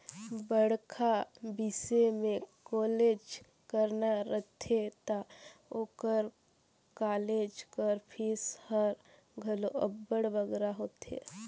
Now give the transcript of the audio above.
बड़खा बिसे में कॉलेज कराना रहथे ता ओकर कालेज कर फीस हर घलो अब्बड़ बगरा होथे